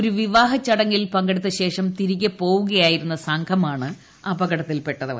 ഒരു വിവാഹ ചടങ്ങിൽ പങ്കെടുത്ത ശേഷം തിരികെ പോകുകയായിരുന്ന സംഘമാണ് അപകടത്തിൽപെട്ടത്